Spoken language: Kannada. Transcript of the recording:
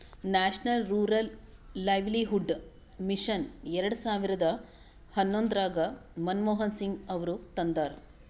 ನ್ಯಾಷನಲ್ ರೂರಲ್ ಲೈವ್ಲಿಹುಡ್ ಮಿಷನ್ ಎರೆಡ ಸಾವಿರದ ಹನ್ನೊಂದರಾಗ ಮನಮೋಹನ್ ಸಿಂಗ್ ಅವರು ತಂದಾರ